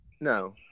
No